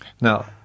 now